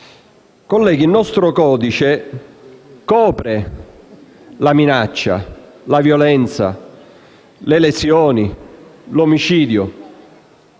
Colleghi, il nostro codice copre la minaccia, la violenza, le lesioni, l'omicidio